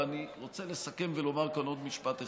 ואני רוצה לסכם ולומר כאן עוד משפט אחד: